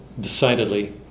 decidedly